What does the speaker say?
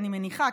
אני מניחה,